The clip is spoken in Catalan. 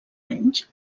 anys